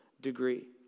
degree